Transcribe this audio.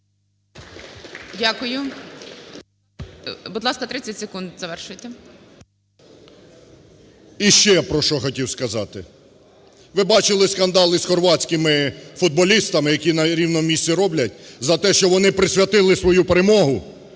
Дякую. Будь ласка, 30 секунд. завершуйте. 10:23:04 ЛЯШКО О.В. І ще, про що хотів сказати. Ви бачили скандал із хорватськими футболістами, який на рівному місці роблять, за те, що вони присвятили свою перемогу